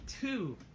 two